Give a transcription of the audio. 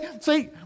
see